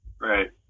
Right